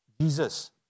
Jesus